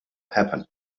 happen